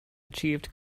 achieved